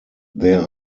there